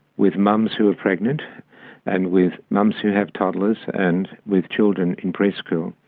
with mums who are pregnant and with mums who have toddlers and with children in preschool.